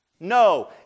No